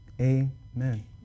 amen